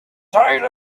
tired